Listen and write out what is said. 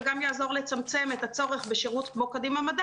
גם יעזור לצמצם את הצורך בשירות כמו קדימה מדע